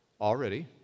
already